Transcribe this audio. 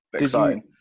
exciting